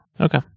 Okay